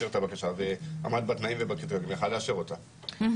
את הבקשה ועמד בתנאים ובבדיקות הוא היה יכול לאשר אותה,